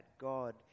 God